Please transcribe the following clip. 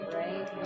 right